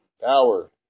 power